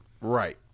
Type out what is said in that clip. Right